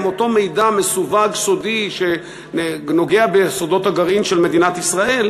אותו מידע מסווג סודי שנוגע בסודות הגרעין של מדינת ישראל,